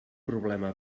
problema